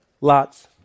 Lot's